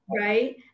Right